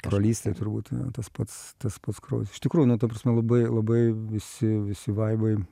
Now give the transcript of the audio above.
brolystė turbūt yra tas pats tas pats kraujas iš tikrųjų nu ta prasme labai labai visi visi vaibai